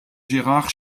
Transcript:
gérard